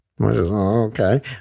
Okay